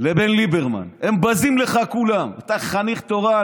לבין ליברמן, הם בזים לך כולם, אתה חניך תורן